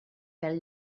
pèl